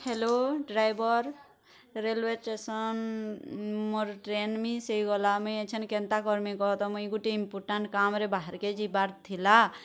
hello driver railway station ମୋର୍ train miss ହେଇଗଲା ମୁଇଁ ଏଛେନ୍ କେନ୍ତା କର୍ମି କହ ତ ମୁଇଁ ଗୁଟେ ଇମ୍ପୋଟାନ୍ଟ କାମ୍ ରେ ବାହାର୍ କେ ଯିବାର୍ ଥିଲା